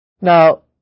Now